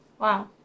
Wow